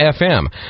FM